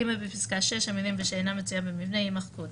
ג' בפסקה 6 במילים ושאינה מצויה במבנה ימחקו,